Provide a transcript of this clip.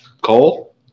Cole